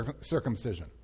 circumcision